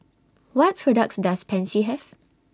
What products Does Pansy Have